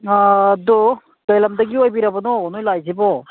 ꯑꯥ ꯑꯗꯣ ꯀꯔꯤ ꯂꯝꯗꯒꯤ ꯑꯣꯏꯕꯤꯔꯕꯅꯣ ꯅꯈꯣꯏ ꯂꯥꯛꯏꯁꯤꯕꯣ